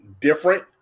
different